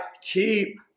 Keep